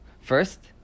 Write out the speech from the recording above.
First